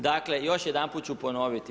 Dakle, još jedanput ću ponoviti.